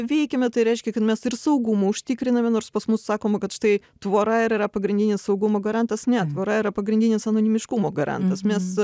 veikiame tai reiškia kad mes ir saugumą užtikriname nors pas mus sakoma kad štai tvora ir yra pagrindinis saugumo garantas ne tvora yra pagrindinis anonimiškumo garantas mes